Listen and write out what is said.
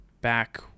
back